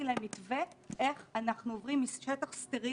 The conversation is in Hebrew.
רואים את הסגר כברירת מחדל, כי פשוט יקרה.